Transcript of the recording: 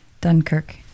Dunkirk